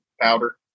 powder